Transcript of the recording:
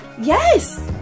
Yes